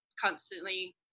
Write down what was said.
constantly